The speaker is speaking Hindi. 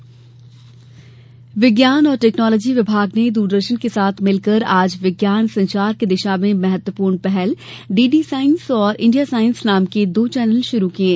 विज्ञान चैनल विज्ञान और टेक्नोलॉजी विभाग ने दूरदर्शन के साथ मिलकर आज विज्ञान संचार की दिशा में महत्वपूर्ण पहल डीडी साइंस और इंडिया साइंस नाम के दो चैनल शुरू किये